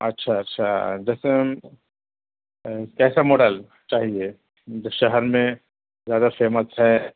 اچھا اچھا جیسے کیسا ماڈل چاہیے جو شہر میں زیادہ فیمس ہے